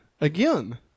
again